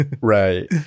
Right